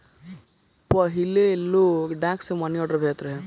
पहिले लोग डाक से मनीआर्डर भेजत रहे